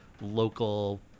local